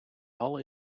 hal